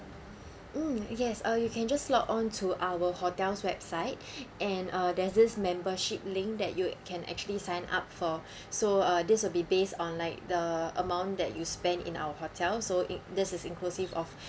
mm yes uh you can just log on to our hotel's website and uh there is membership linked that you can actually sign up for so uh this will be based on like the amount that you spend in our hotel so it this is inclusive of